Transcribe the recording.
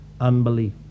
unbelief